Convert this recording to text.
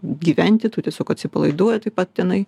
gyventi tu tiesiog atsipalaiduoji taip pat tenai